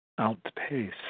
outpace